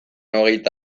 hogeita